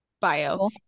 bio